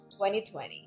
2020